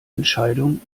entscheidung